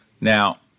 Now